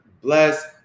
bless